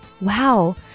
Wow